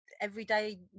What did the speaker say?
everyday